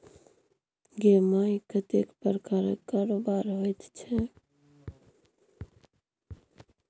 गै माय कतेक प्रकारक कारोबार होइत छै